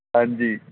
ਹਾਂਜੀ